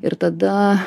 ir tada